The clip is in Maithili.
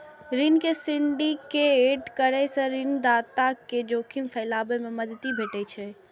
ऋण के सिंडिकेट करै सं ऋणदाता कें जोखिम फैलाबै मे मदति भेटै छै